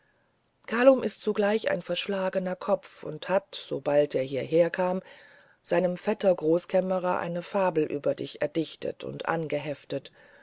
kalum ist zugleich ein verschlagener kopf und hat sobald er hieher kam seinem vetter großkämmerer eine fabel über dich erdichtet und angeheftet